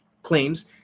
claims